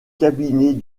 cabinet